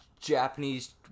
Japanese